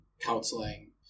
counseling